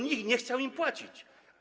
Nikt nie chciał im płacić.